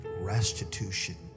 restitution